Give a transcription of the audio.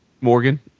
Morgan